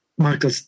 Michael